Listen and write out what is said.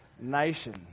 nation